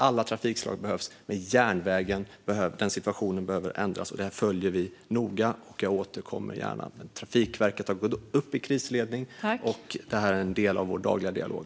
Alla trafikslag behövs, och situationen på järnvägen behöver ändras. Vi följer detta noga, och jag återkommer gärna. Trafikverket har gått upp i krisläge, och detta är en del av vår dagliga dialog.